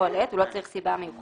בכל עת, הוא לא צריך סיבה מיוחדת.